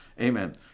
Amen